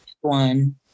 one